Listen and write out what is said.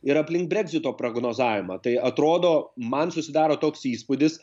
ir aplink breksito prognozavimą tai atrodo man susidaro toks įspūdis